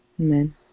Amen